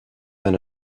been